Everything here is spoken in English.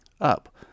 up